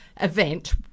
event